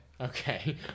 Okay